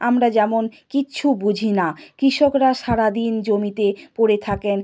আমরা যেমন কিচ্ছু বুঝি না কৃষকরা সারা দিন জমিতে পড়ে থাকেন